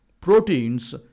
proteins